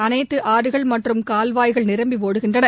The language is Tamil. அனைத்து ஆறுகள் மற்றும் கால்வாய்கள் நிரம்பி ஒடுகின்றன